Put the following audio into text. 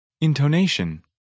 Intonation